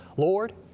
lord,